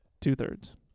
Two-thirds